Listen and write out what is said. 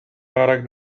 barak